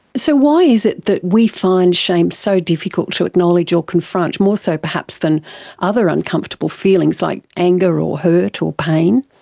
so why is it that we find shame so difficult to acknowledge or confront, more so perhaps than other uncomfortable feelings like anger or hurt or ah pain?